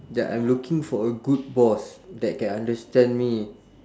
ya I'm looking for a good boss that can understand me